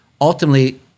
ultimately